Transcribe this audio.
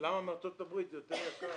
למה מארצות הברית זה יותר יקר.